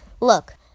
Look